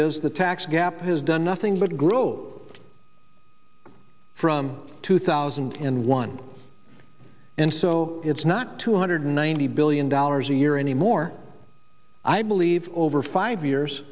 is the tax gap has done nothing but grew from two thousand and one and so it's not two hundred ninety billion dollars a year anymore i believe over five years